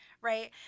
right